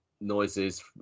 noises